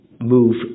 move